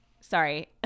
Sorry